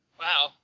wow